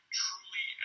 truly